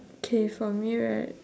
K for me right